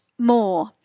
More